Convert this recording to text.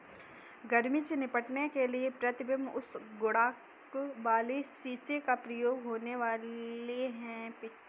गर्मी से निपटने के लिए प्रतिबिंब उच्च गुणांक वाले शीशे का प्रयोग होने लगा है पिंटू